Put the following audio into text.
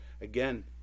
Again